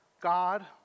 God